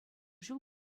ҫул